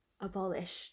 abolished